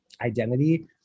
identity